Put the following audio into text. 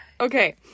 Okay